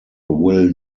will